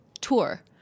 tour